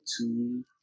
two